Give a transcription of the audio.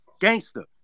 Gangster